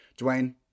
Dwayne